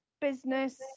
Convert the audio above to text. business